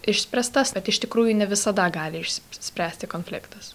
išspręstas bet iš tikrųjų ne visada gali išsispręsti konfliktas